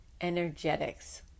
energetics